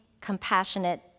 compassionate